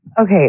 Okay